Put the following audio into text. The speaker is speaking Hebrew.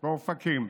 באופקים,